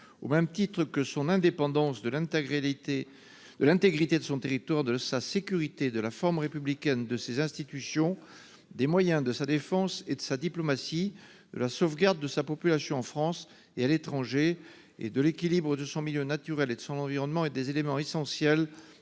au même titre que son indépendance de l'intégralité de l'intégrité de son territoire, de sa sécurité de la forme républicaine de ces institutions. Des moyens de sa défense et de sa diplomatie de la sauvegarde de sa population en France et à l'étranger et de l'équilibre de son milieu naturel et de son environnement et des éléments essentiels